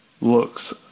looks